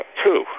two